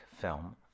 film